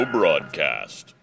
Broadcast